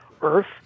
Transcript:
Earth